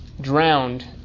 drowned